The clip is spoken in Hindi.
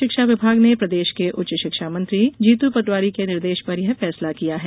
उच्च शिक्षा विभाग ने प्रदेश के उच्च शिक्षा मंत्री जीतू पटवारी के निर्देश पर यह फैसला किया हैं